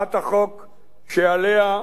שעליה אתה דיברת